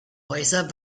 häuser